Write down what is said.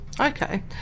okay